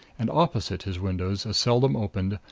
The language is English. and opposite his windows a seldom-opened,